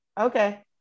Okay